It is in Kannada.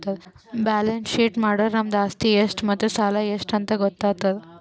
ಬ್ಯಾಲೆನ್ಸ್ ಶೀಟ್ ಮಾಡುರ್ ನಮ್ದು ಆಸ್ತಿ ಎಷ್ಟ್ ಮತ್ತ ಸಾಲ ಎಷ್ಟ್ ಅಂತ್ ಗೊತ್ತಾತುದ್